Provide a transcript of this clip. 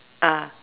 ah